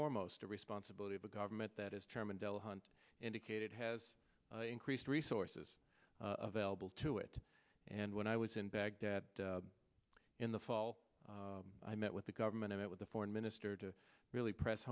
foremost a responsibility of a government that as chairman delahunt indicated has increased resources available to it and when i was in baghdad in the fall i met with the government i met with the foreign minister to really press